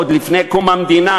עוד מלפני קום המדינה,